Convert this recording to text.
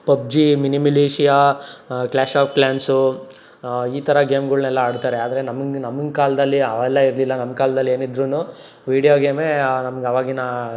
pub G mini militia clash of clans ಈ ಥರ ಗೇಮ್ಗಳ್ನೆಲ್ಲ ಆಡ್ತಾರೆ ಆದರೆ ನಮಗೆ ನಮ್ಮ ಕಾಲದಲ್ಲಿ ಅವೆಲ್ಲ ಇರಲಿಲ್ಲ ನಮ್ಮ ಕಾಲದಲ್ಲಿ ಏನಿದ್ದರೂ ವೀಡಿಯೋ ಗೇಮೇ ನಮ್ಗೆ ಅವಾಗಿನ